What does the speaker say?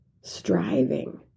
striving